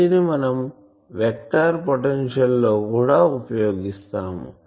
దీనిని మనం vector potential లో కూడా ఉపయోగిస్తాము